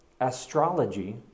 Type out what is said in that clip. astrology